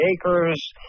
acres